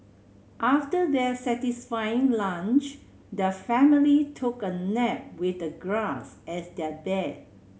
after their satisfying lunch their family took a nap with the grass as their bed